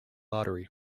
artery